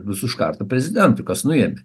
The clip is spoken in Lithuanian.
bus užkarta prezidentui kas nuėmė